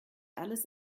alles